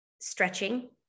stretching